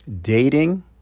dating